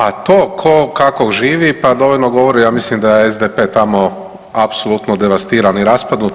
A to tko kako živi pa dovoljno govori ja mislim da je SDP tamo apsolutno devastiran i raspadnut.